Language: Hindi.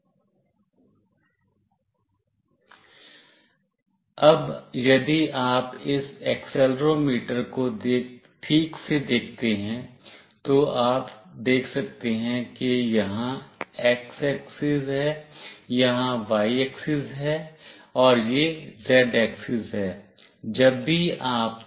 अब यदि आप इस एक्सेलेरोमीटर को ठीक से देखते हैं तो आप देख सकते हैं कि यहाँ x axis है यहाँ y axis है और यह z axis है